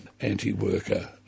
anti-worker